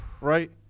right